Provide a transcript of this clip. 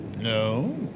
No